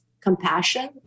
compassion